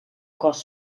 cos